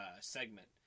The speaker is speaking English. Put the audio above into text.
segment